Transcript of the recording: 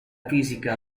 fisica